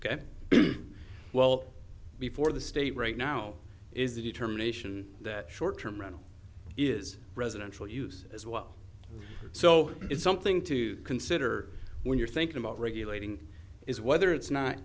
e well before the state right now is the determination that short term rent is residential use as well so it's something to consider when you're thinking about regulating is whether it's